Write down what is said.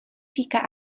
říká